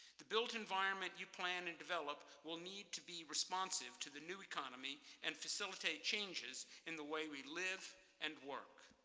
the built environment you plan and develop will need to be responsive to the new economy, and facilitate changes in the way we live and work.